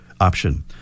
option